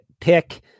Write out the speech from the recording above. pick